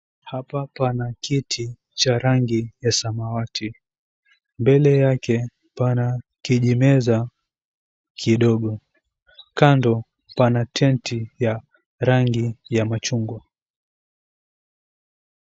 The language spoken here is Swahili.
Hapa pana kiti cha rangi ya samawati, mbele yake pana kijimeza kidogo, kando pana tenti ya rangi ya machungwa.